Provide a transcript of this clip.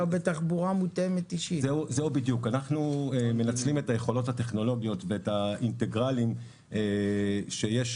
אנחנו מנצלם את היכולות הטכנולוגיות ואת האינטגרלים שיש